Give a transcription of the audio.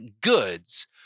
goods